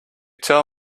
tell